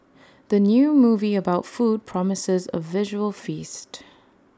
the new movie about food promises A visual feast